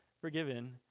forgiven